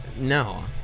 No